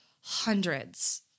hundreds